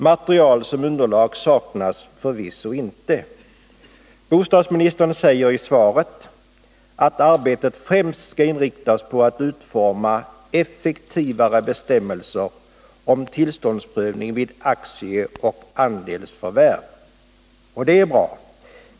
Material som kan utgöra underlag saknas förvisso inte. Bostadsministern säger i svaret: ”Arbetet kommer främst att inriktas på att utforma effektivare bestämmelser om tillståndsprövning vid aktieoch andelsförvärv.” Och det är bra.